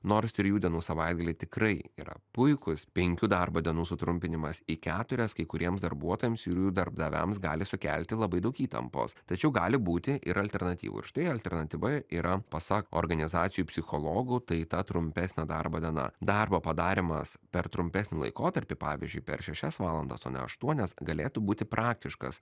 nors trijų dienų savaitgaliai tikrai yra puikūs penkių darbo dienų sutrumpinimas į keturias kai kuriems darbuotojams ir jų darbdaviams gali sukelti labai daug įtampos tačiau gali būti ir alternatyvų štai alternatyva yra pasak organizacijų psichologų tai ta trumpesnė darbo diena darbo padarymas per trumpesnį laikotarpį pavyzdžiui per šešias valandas o ne aštuonias galėtų būti praktiškas